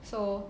so